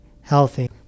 healthy